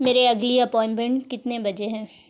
میرے اگلی اپوائینٹمنٹ کتنے بجے ہے